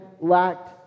lacked